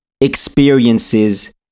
experiences